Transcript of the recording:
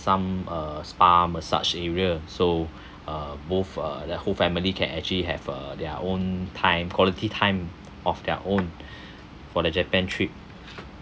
some uh spa massage area so uh both uh the whole family can actually have a their own time quality time of their own for the japan trip